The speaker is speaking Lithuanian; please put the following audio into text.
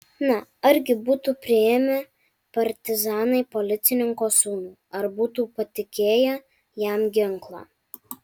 na argi būtų priėmę partizanai policininko sūnų ar būtų patikėję jam ginklą